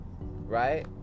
right